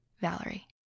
valerie